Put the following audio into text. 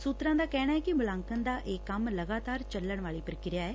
ਸੁਤਰਾਂ ਦਾ ਕਹਿਣੈ ਕਿ ਮੁਲਾਂਕਣ ਦਾ ਇਹ ਕੰਮ ਲਗਾਤਾਰ ਚੁੱਲਣ ਵਾਲੀ ਪ੍ਕਿਰਿਆ ਐ